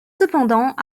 cependant